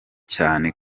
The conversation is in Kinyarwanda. cyane